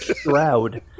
shroud